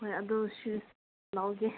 ꯍꯣꯏ ꯑꯗꯨꯁꯨ ꯂꯧꯒꯦ